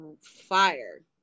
Fire